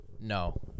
No